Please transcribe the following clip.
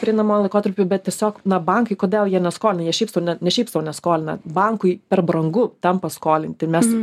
pereinamuoju laikotarpiu bet tiesiog na bankai kodėl jie neskolina jie šiaip sau ne ne šiaip sau neskolina bankui per brangu tampa skolinti nes